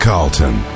Carlton